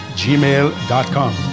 gmail.com